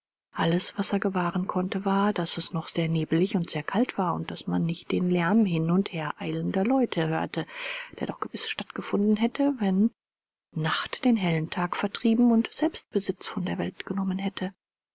alles was er gewahren konnte war daß es noch sehr nebelig und sehr kalt war und daß man nicht den lärm hin und her eilender leute hörte der doch gewiß stattgefunden hätte wenn nacht den hellen tag vertrieben und selbst besitz von der welt genommen hätte